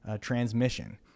transmission